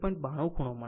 92 ખૂણો મળશે 30